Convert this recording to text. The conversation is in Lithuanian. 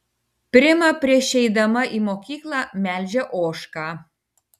prima prieš eidama į mokyklą melžia ožką